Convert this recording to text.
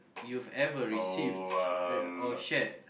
you've ever received uh or shared